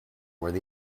where